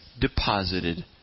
deposited